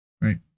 Right